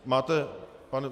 Máte, pane?